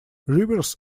rivers